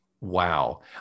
wow